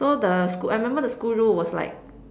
so the school I remember the school rule was like